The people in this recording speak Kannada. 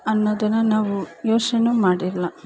ಅನ್ನೋದನ್ನು ನಾವು ಯೋಚ್ನೆಯೂ ಮಾಡಿಲ್ಲ